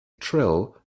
trill